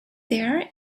there